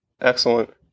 Excellent